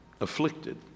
afflicted